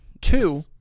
Two